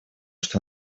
что